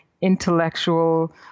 intellectual